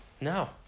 No